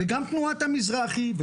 גם תנועת המזרחי,